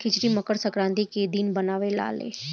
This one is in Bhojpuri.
खिचड़ी मकर संक्रान्ति के दिने बनावे लालो